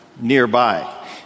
nearby